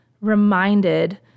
reminded